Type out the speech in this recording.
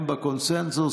הם בקונסנזוס.